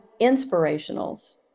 inspirationals